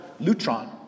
lutron